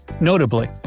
Notably